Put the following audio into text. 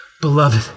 Beloved